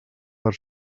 per